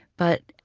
but,